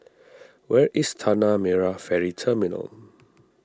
where is Tanah Merah Ferry Terminal